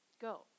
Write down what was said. Go